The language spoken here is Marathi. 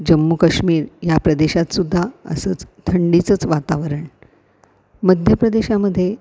जम्मू कश्मीर ह्या प्रदेशातसुद्धा असंच थंडीचंच वातावरण मध्य प्रदेशामध्ये